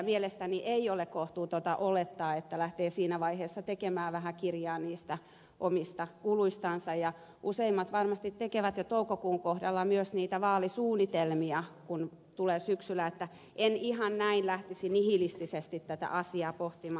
mielestäni ei ole kohtuutonta olettaa että lähtee siinä vaiheessa tekemään vähän kirjaa niistä omista kuluistansa ja useimmat varmasti tekevät jo toukokuun kohdalla myös niitä vaalisuunnitelmia kun vaalit tulee syksyllä että en ihan näin lähtisi nihilistisesti tätä asiaa pohtimaan